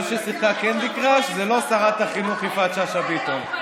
מי ששיחקה קנדי קראש זו לא שרת החינוך יפעת שאשא ביטון.